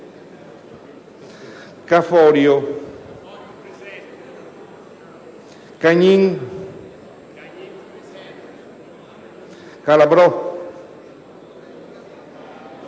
Caforio, Cagnin, Calabrò,